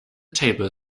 table